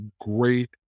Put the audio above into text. great